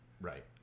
Right